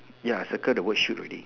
ya circle the word shoot already